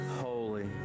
holy